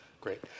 Great